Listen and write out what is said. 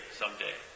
someday